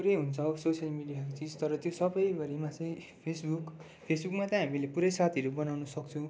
पुरै हुन्छ सोसियल मिडियाको चिज तर त्यो सबै भरिमा चाहिँ फेसबुक फेसबुकमा चाहिँ हामीले पुरै साथीहरू बनाउनु सक्छौँ